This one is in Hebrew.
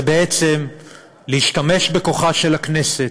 זה בעצם להשתמש בכוחה של הכנסת,